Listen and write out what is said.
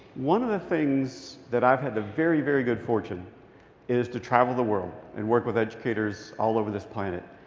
one of the things that i've had the very, very good fortune is to travel the world and work with educators all over this planet.